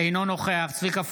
אינו נוכח צביקה פוגל,